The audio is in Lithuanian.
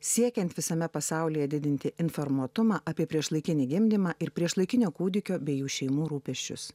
siekiant visame pasaulyje didinti informuotumą apie priešlaikinį gimdymą ir priešlaikinio kūdikio bei jų šeimų rūpesčius